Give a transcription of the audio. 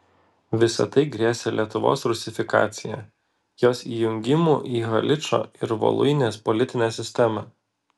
visa tai grėsė lietuvos rusifikacija jos įjungimu į haličo ir voluinės politinę sistemą